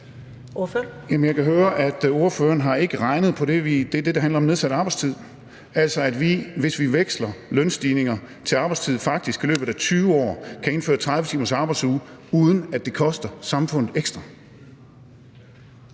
Jeg kan høre, at ordføreren ikke har regnet på det, der handler om nedsat arbejdstid, altså at vi, hvis vi veksler lønstigninger til arbejdstid, faktisk i løbet af de 20 år kan indføre en 30 timers arbejdsuge, uden at det koster samfundet ekstra.